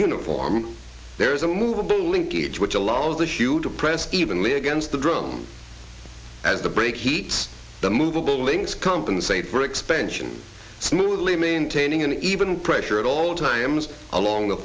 uniform there is a movable linkage which allows the hue to press even me against the drum as the brake heats the movable wings compensate for expansion smoothly maintaining an even pressure at all times along the